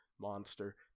monster